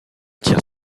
tire